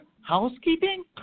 Housekeeping